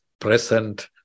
present